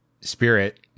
spirit